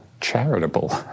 charitable